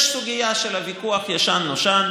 יש ויכוח ישן-נושן,